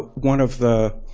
one of the